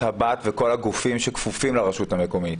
הבת וכל הגופים שכפופים לרשות המקומית?